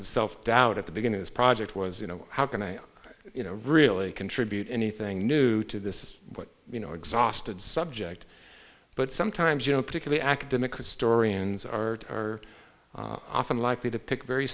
of self doubt at the beginning this project was you know how can i you know really contribute anything new to this is what you know exhausted subject but sometimes you know particularly academic historians are are often likely to pick very